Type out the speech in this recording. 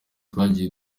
twagiye